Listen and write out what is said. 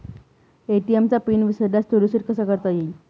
ATM चा PIN विसरल्यास तो रिसेट कसा करता येईल?